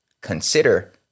consider